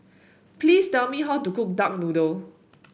please tell me how to cook Duck Noodle